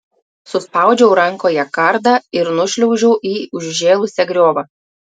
suspaudžiau rankoje kardą ir nušliaužiau į užžėlusią griovą